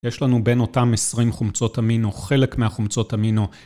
יש לנו בין אותם 20 חומצות אמינו, חלק מהחומצות אמינו.